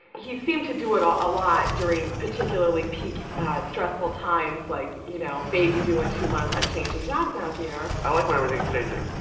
he seemed to do it um a lot during particularly peak stressful times, like, you know, baby due in two months i'm changing jobs now, dear. i like when everything is changing.